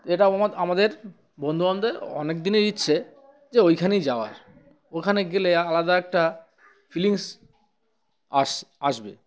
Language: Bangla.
এটা আমাদের বন্ধুবান্ধব অনেক দিনেরই ইচ্ছে যে ওইখানেই যাওয়ার ওখানে গেলে আলাদা একটা ফিলিংস আস আসবে